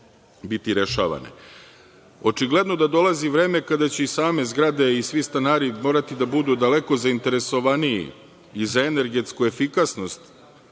biti rešavane. Očigledno da dolazi vreme kada će i same zgrade i svi stanari morati da budu daleko zainteresovaniji i za energetsku efikasnost